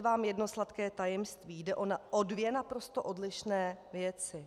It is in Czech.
Vám jedno sladké tajemství: Jde o dvě naprosto odlišné věci.